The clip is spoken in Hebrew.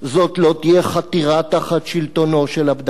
זאת לא תהיה חתירה תחת שלטונו של עבדאללה,